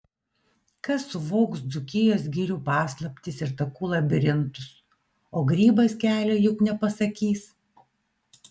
kas suvoks dzūkijos girių paslaptis ir takų labirintus o grybas kelio juk nepasakys